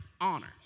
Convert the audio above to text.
honor